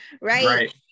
right